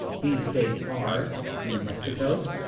these states are new mexico,